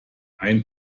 ein